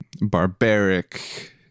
barbaric